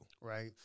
right